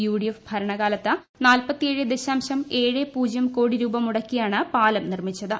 UDF ഭരണകാലത്ത് ക്ട് ഗ് കോടി രൂപ മുടക്കിയാണ് പാലം നിർമിച്ചത്